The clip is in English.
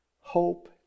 Hope